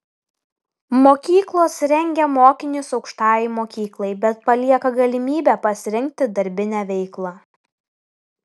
mokyklos rengia mokinius aukštajai mokyklai bet palieka galimybę pasirinkti darbinę veiklą